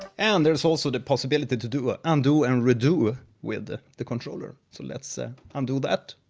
and there's also the possibility to do ah undo, and redo ah with the controller. so let's ah undo that.